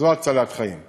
זו הצלחת חיים,